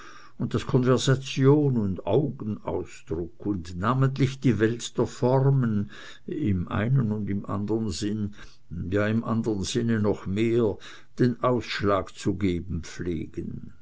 und daß konversation und augenausdruck und namentlich die welt der formen im einen und im andern sinne ja im andern sinne noch mehr den ausschlag zu geben pflegen